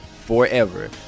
forever